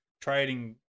trading